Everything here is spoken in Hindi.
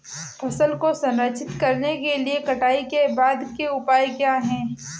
फसल को संरक्षित करने के लिए कटाई के बाद के उपाय क्या हैं?